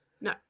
No